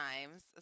times